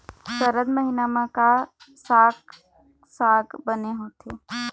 सरद महीना म का साक साग बने होथे?